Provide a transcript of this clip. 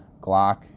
Glock